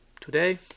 today